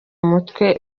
mutwe